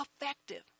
effective